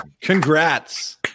Congrats